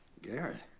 garrett?